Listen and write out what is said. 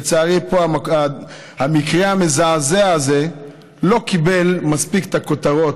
לצערי, פה המקרה המזעזע הזה לא קיבל מספיק כותרות.